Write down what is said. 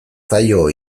zaio